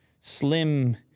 slim